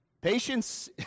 Patience